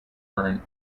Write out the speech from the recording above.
current